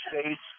States